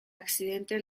accidente